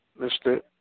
Mr